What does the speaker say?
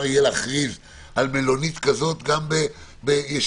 יהיה להכריז על מלונית כזאת גם כישיבה.